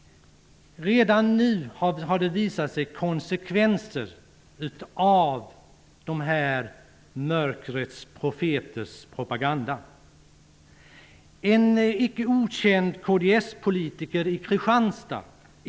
Redan nu har konsekvenser av mörkrets profeters propaganda visat sig.